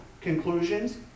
conclusions